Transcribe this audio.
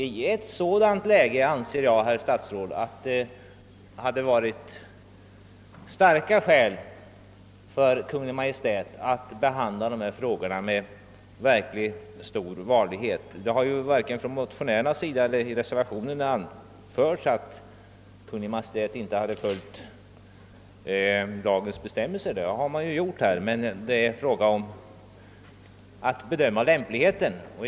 I ett sådant läge anser jag, herr statsråd, att det hade funnits starka skäl för Kungl. Maj:t att behandla dessa frågor med särskilt stor varsamhet. Varken motionärerna eller reservanterna har gjort gällande att Kungl. Maj:t inte har följt lagens bestämmelser, utan vad det gäller är en bedömning av lämpligheten att besluta redan nu.